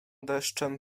deszczem